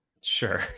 Sure